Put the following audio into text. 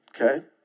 okay